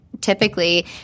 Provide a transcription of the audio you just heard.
typically